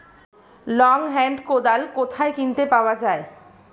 Long hand কোদাল কোথায় কিনতে পাওয়া যায়?